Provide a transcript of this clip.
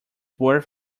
worth